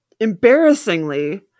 embarrassingly